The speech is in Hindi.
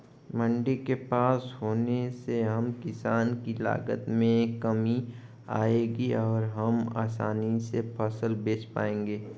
मंडी के पास होने से हम किसान की लागत में कमी आएगी और हम आसानी से फसल बेच पाएंगे